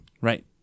Right